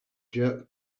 jerked